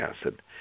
acid